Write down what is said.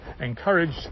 encouraged